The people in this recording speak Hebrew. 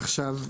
עכשיו,